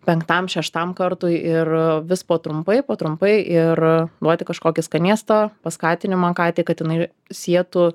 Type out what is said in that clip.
penktam šeštam kartui ir vis po trumpai po trumpai ir duoti kažkokį skanėstą paskatinimą katei kad jinai sietų